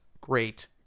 great